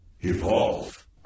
Evolve